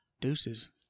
Deuces